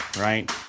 Right